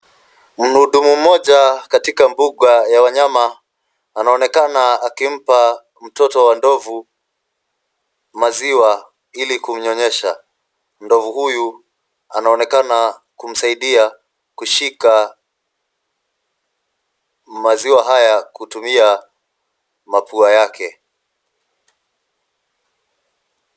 Mhudumu mmoja katika mbuga ya wanyama anaonekana akimpa mtoto wa ndovu maziwa ili kumnyonyesha. Ndovu huyu anaonekana kumsaidia kushika maziwa haya Kwa kutumia pua yake.